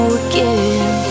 again